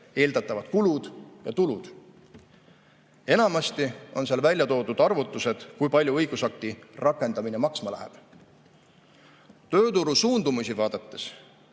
eeldatavad kulud ja tulud. Enamasti on seal välja toodud arvutused, kui palju õigusakti rakendamine maksma läheb. Tööturu suundumusi vaadates